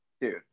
Dude